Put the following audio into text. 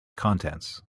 contents